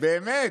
באמת,